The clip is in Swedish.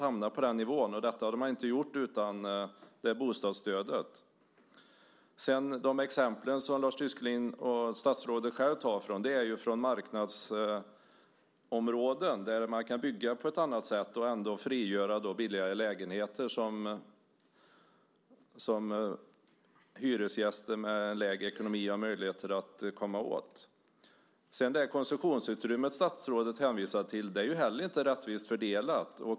Man hade inte hamnat på den nivån utan bostadsstödet. De exempel som Lars Tysklind och statsrådet tar upp är från marknadsområden där man kan bygga på ett annat sätt och ändå frigöra billigare lägenheter som hyresgäster med sämre ekonomi har möjligheter att komma åt. Det konsumtionsutrymme statsrådet hänvisar till är inte heller rättvist fördelat.